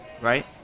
right